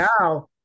now